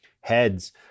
heads